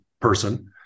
person